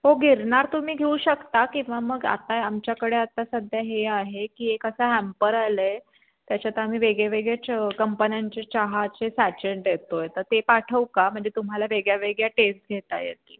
हो गिरनार तुम्ही घेऊ शकता किंवा मग आता आमच्याकडे आता सध्या हे आहे की एक असा हॅम्पर आलं आहे त्याच्यात आम्ही वेगळे वेगळे च कंपन्यांचे चहाचे सॅचेट दोतो आहे तर ते पाठवू का म्हणजे तुम्हाला वेगळ्यावेगळ्या टेस्ट घेता येतील